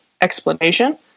explanation